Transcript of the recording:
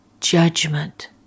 judgment